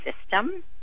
system